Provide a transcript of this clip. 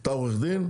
אתה עורך דין?